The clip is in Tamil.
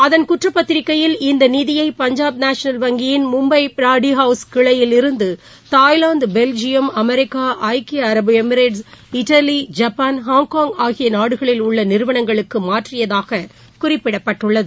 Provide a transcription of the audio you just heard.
அதன் குற்றப்பத்திரிக்கையில் இந்த நிதியை பஞ்சாப் நேஷனல் வங்கியின் மும்பை பிராடி ஹவுஸ் கிளையில் இருந்து தாய்லாந்து பெல்ஜியம் அமெரிக்க ஐக்கிய அரபு எமிரேட்ஸ் இத்தாலி ஐப்பான் ஹாங்காங் ஆகிய நாடுகளில் உள்ள நிறுவனங்களுக்கு மாற்றியதாக குறிப்பிடப்பட்டுள்ளது